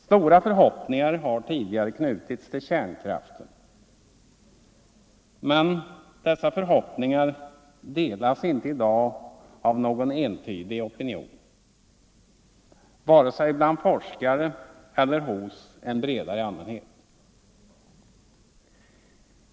Stora förhoppningar har tidigare knutits till kärnkraften, men dessa förhoppningar delas inte i dag av någon entydig opinion, vare sig bland forskare eller hos en bredare allmänhet.